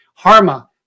HARMA